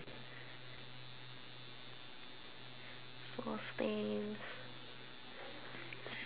four stands